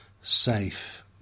safe